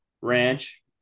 ranch